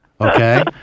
okay